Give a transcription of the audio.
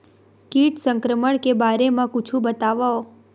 कीट संक्रमण के बारे म कुछु बतावव?